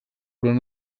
van